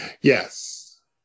Yes